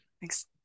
Thanks